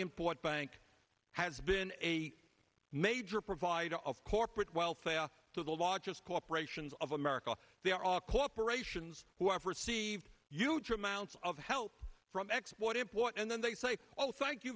import bank has been a major provider of corporate welfare to the largest corporations of america they are all corporations who have received huge amounts of help from export import and then they say well thank you